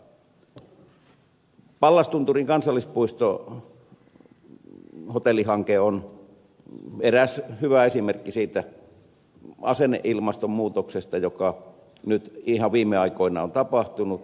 pallastunturin kansallispuiston hotellihanke on eräs hyvä esimerkki siitä asenneilmaston muutoksesta joka ihan viime aikoina on tapahtunut